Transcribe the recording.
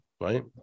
right